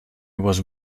was